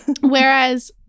whereas